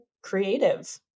creative